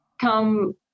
come